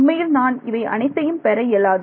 உண்மையில் நான் இவை அனைத்தையும் பெற இயலாது